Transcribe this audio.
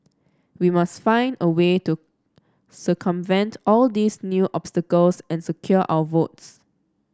we must find a way to circumvent all these new obstacles and secure our votes